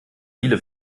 viele